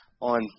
on